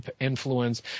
influence